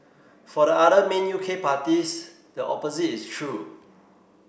for the other main U K parties the opposite is true